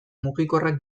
mugikorrak